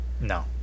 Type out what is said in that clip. No